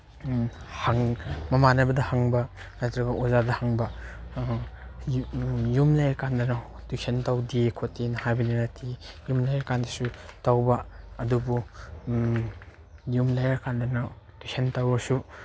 ꯃꯃꯥꯟꯅꯕꯗ ꯍꯪꯕ ꯅꯠꯇ꯭ꯔꯒ ꯑꯣꯖꯥꯗ ꯍꯪꯕ ꯌꯨꯝ ꯂꯩꯔꯀꯥꯟꯗꯅ ꯇ꯭ꯌꯨꯁꯟ ꯇꯧꯗꯦ ꯈꯣꯠꯇꯦꯅ ꯍꯥꯏꯕꯗꯨꯅꯗꯤ ꯌꯨꯝ ꯂꯩꯔꯀꯥꯟꯗꯁꯨ ꯇꯧꯕ ꯑꯗꯨꯕꯨ ꯌꯨꯝ ꯂꯩꯔꯀꯥꯟꯗꯅ ꯇ꯭ꯌꯨꯁꯟ ꯇꯧꯔꯁꯨ